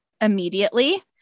immediately